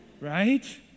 Right